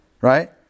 Right